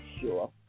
sure